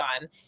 on